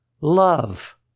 love